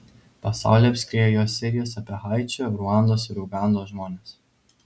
pasaulį apskriejo jo serijos apie haičio ruandos ir ugandos žmones